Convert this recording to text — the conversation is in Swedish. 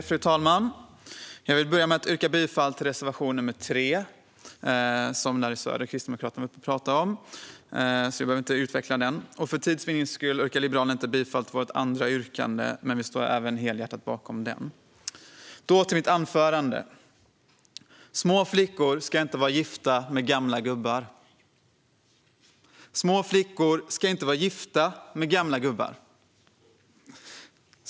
Fru talman! Jag vill börja med att yrka bifall till reservation nr 3, som kristdemokraten Larry Söder talade om och jag därför inte behöver utveckla. För tids vinnande yrkar vi liberaler inte bifall till våra andra yrkanden, men vi står helhjärtat bakom även dem. Små flickor ska inte vara gifta med gamla gubbar. Små flickor ska inte vara gifta med gamla gubbar.